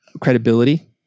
credibility